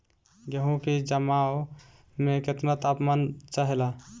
गेहू की जमाव में केतना तापमान चाहेला?